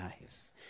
lives